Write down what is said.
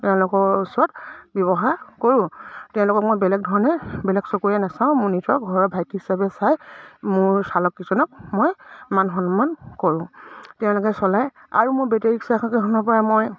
তেওঁলোকৰ ওচৰত ব্যৱহাৰ কৰোঁ তেওঁলোকক মই বেলেগ ধৰণে বেলেগ চকুৰে নাচাওঁ মোৰ নিজৰ ঘৰৰ ভাইটি হিচাপে চাই মোৰ চালককেইজনক মই মান সন্মান কৰোঁ তেওঁলোকে চলায় আৰু মোৰ বেটেৰী ৰিক্সাকেইখনৰ পৰা মই